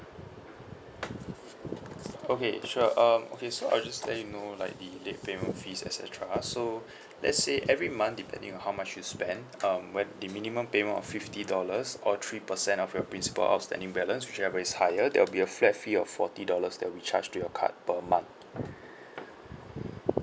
okay sure um okay so I'll just let you know like the late payment fees et cetera so let's say every month depending on how much you spend um whe~ the minimum payment of fifty dollars or three percent of your principal outstanding balance whichever is higher there will be a flat fee of forty dollars that we charge to your card per month